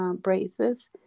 Braces